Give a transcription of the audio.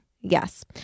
Yes